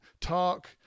talk